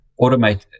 Automate